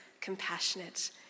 compassionate